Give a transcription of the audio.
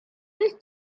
this